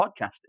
podcasting